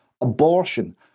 abortion